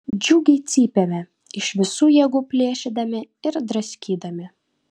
džiugiai cypėme iš visų jėgų plėšydami ir draskydami